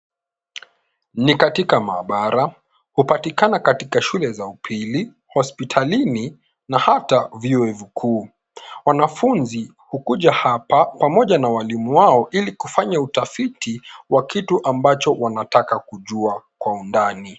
Ni katika maabara; hupatikana katika shule za upili, hospitalini na hata vyuo vikuu. Wanafunzi hukuja hapa pamoja na walimu wao ili kufanya utafiti wa kitu ambacho wnataka kujua kwa undani.